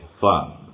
funds